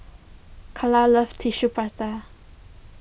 Kala loves Tissue Prata